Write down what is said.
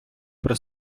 при